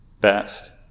best